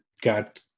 got